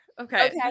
Okay